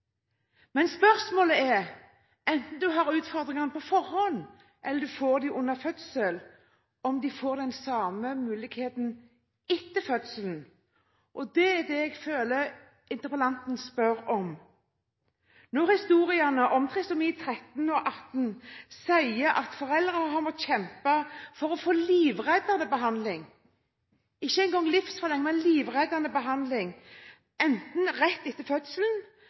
Men spørsmålet er, enten man har utfordringene på forhånd eller man får dem under fødsel, om de får den samme muligheten etter fødselen – og det er det jeg føler interpellanten spør om. Historiene om trisomi 13 eller trisomi 18 sier at foreldre har måttet kjempe for å få livreddende behandling – ikke engang livsforlengende, men livreddende behandling – enten rett etter fødselen